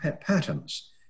patterns